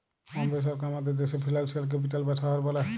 বম্বে শহরকে আমাদের দ্যাশের ফিল্যালসিয়াল ক্যাপিটাল বা শহর ব্যলে